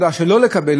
מה פתאום שנשלם כסף?